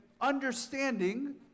understanding